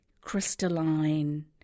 crystalline